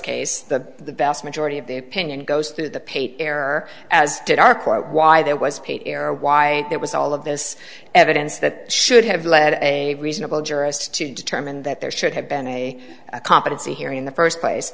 case that the vast majority of the opinion goes through the paper error as did our quote why there was pain error why there was all of this evidence that should have led a reasonable jurist to determine that there should have been a competency hearing in the first place